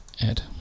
add